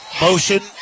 Motion